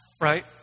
right